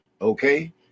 Okay